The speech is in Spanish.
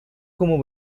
como